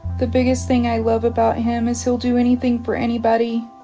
the biggest thing i love about him is he'll do anything for anybody.